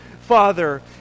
Father